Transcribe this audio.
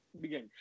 begin